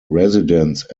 residence